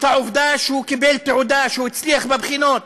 את העובדה שהוא קיבל תעודה, שהוא הצליח בבחינות.